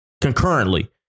concurrently